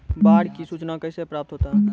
बाढ की सुचना कैसे प्राप्त होता हैं?